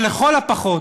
אבל לכל הפחות